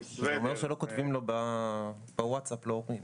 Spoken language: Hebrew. לאור זאת,